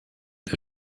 der